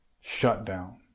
shutdown